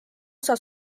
osa